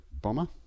Bomber